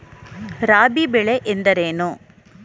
ರಾಬಿ ಬೆಳೆ ಎಂದರೇನು?